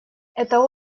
это